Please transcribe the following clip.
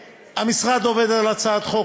המשרד עובד על הצעת חוק,